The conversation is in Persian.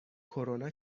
کرونا